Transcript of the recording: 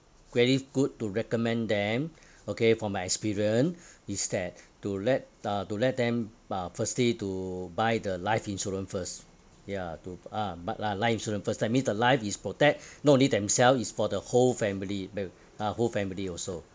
very good to recommend them okay for my experience is that to let uh to let them ah firstly to buy the life insurance first ya to ah buy li~ life insurance first that means the life is protect not only themselves is for the whole family where ah whole family also